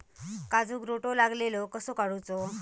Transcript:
काजूक रोटो लागलेलो कसो काडूचो?